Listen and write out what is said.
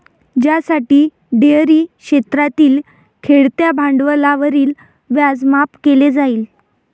ज्यासाठी डेअरी क्षेत्रातील खेळत्या भांडवलावरील व्याज माफ केले जाईल